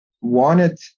wanted